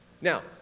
Now